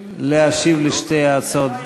להשיב על שתי ההצעות.